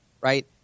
right